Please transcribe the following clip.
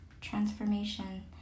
transformation